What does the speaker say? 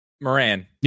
Moran